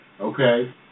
okay